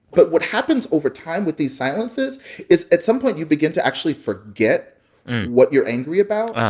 but what happens over time with these silences is at some point, you begin to actually forget what you're angry about